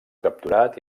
capturat